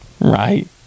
Right